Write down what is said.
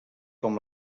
com